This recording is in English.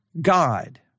God